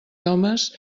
homes